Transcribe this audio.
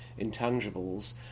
intangibles